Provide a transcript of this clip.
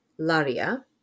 Laria